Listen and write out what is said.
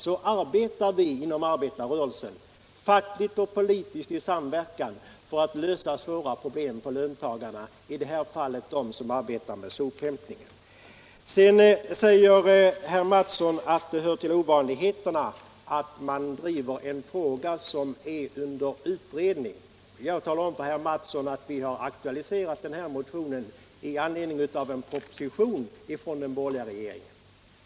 Så arbetar vi inom arbetarrörelsen, fackligt och politiskt i samverkan, för att lösa svåra problem för löntagarna, i det här fallet för dem som arbetar med sophämtningen. Sedan säger herr Mattsson att det hör till ovanligheterna att man tar upp en fråga som är under utredning. Jag vill då tala om för herr Mattsson att vi har väckt den här motionen i anledning av en proposition från den borgerliga regeringen.